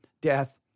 death